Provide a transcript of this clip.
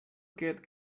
good